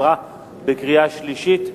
התקבלה בקריאה שלישית.